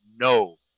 no